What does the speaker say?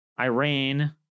Iran